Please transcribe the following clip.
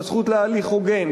בזכות להליך הוגן,